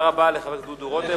תודה רבה לחבר הכנסת דוד רותם.